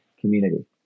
community